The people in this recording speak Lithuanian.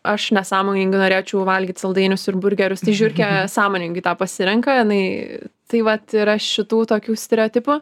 aš nesąmoningai norėčiau valgyt saldainius ir burgerius tai žiurkė sąmoningai tą pasirenka jinai tai vat yra šitų tokių stereotipų